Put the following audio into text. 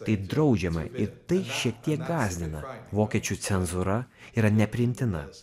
tai draudžiama ir tai šiek tiek gąsdina vokiečių cenzūra yra nepriimtina